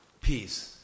Peace